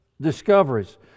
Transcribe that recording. discoveries